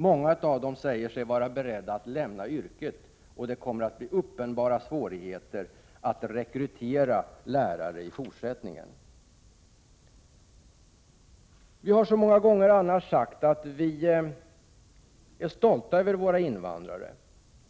Många av dem säger sig vara beredda att lämna yrket. Det kommer att bli uppenbara svårigheter att rekrytera lärare i fortsättningen. Vi har så många gånger sagt att vi är stolta över våra invandrare.